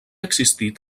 existit